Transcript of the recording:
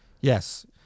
Yes